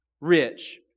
rich